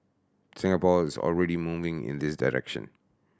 Singapore is already moving in this direction